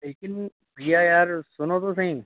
लेकिन भैया यार सुनो तो सही